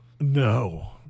No